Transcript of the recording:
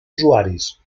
usuaris